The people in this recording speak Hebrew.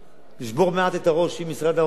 לשבור מעט את הראש עם משרד האוצר